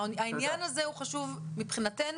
העניין הזה הוא חשוב מבחינתנו.